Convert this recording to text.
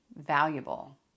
valuable